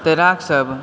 तैराक सब